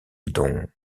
dont